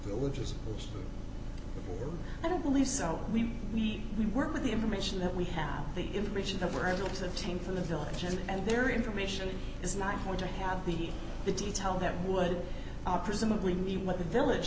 looking i don't believe so we we we work with the information that we have the information that we're able to obtain from the villages and their information is not going to have the the detail that would presumably mean what the village